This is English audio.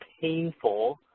painful